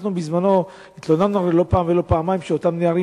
אנחנו התלוננו לא פעם ולא פעמיים שאותם נערים